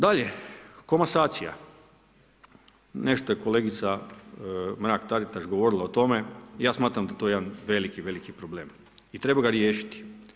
Dalje, komasacija, nešto je kolegica Mrak-Taritaš govorila o tome, ja smatram da je to jedan veliki, veliki problem i treba ga riješiti.